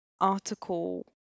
article